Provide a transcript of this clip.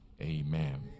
Amen